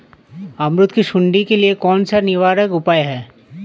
अमरूद की सुंडी के लिए कौन सा निवारक उपाय है?